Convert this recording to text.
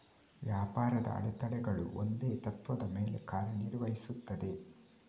ವ್ಯಾಪಾರದ ಅಡೆತಡೆಗಳು ಒಂದೇ ತತ್ತ್ವದ ಮೇಲೆ ಕಾರ್ಯ ನಿರ್ವಹಿಸುತ್ತವೆ